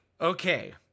Okay